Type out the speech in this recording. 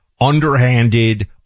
underhanded